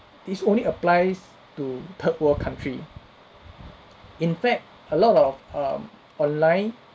this only applies to third world country in fact a lot of um online